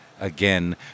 again